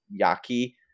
Yaki